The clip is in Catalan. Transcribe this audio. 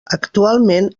actualment